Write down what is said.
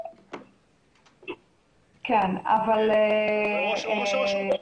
או ראש הרשות.